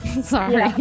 Sorry